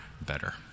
better